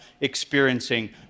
experiencing